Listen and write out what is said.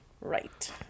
Right